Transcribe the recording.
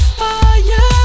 fire